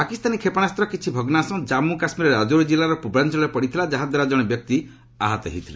ପାକିସ୍ତାନୀ କ୍ଷେପଣାସ୍ତ୍ରର କିଛି ଭଗ୍ନାଂଶ ଜାନ୍ପୁ କାଶ୍ମୀରର ରାଜୌରୀ ଜିଲ୍ଲାର ପୂର୍ବାଞ୍ଚଳରେ ପଡ଼ିଥିଲା ଯାହାଦ୍ୱାରା ଜଣେ ବ୍ୟକ୍ତି ଆହତ ହୋଇଥିଲେ